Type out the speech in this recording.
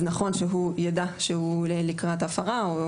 נכון שהוא ידע שהוא לקראת הפרה.